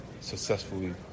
successfully